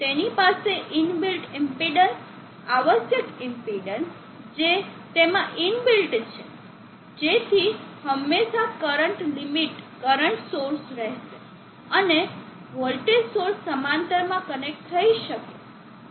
તેની પાસે inbuilt impedance આવશ્યક ઇમ્પેન્ડન્સ જે તેમાં ઇનબિલ્ટ છે જેથી હંમેશાં કરંટ લિમીટ કરંટ સોર્સ રહેશે અને વોલ્ટેજ સોર્સ સમાંતરમાં કનેક્ટ થઈ શકે